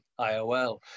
IOL